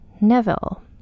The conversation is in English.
Neville